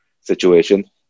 situation